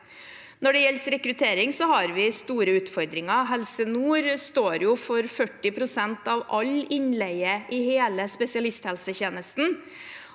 Når det gjelder rekruttering, har vi store utfordringer. Helse nord står for 40 pst. av all innleie i hele spesialisthelsetjenesten.